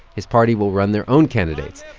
his party will run their own candidates.